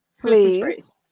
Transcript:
please